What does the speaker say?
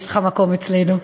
יש לך מקום אצלנו.